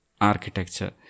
architecture